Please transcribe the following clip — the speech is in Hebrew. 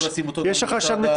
למה לא לשים אותו בוועדת